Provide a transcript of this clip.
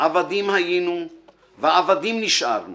עבדים היינו ועבדים נשארנו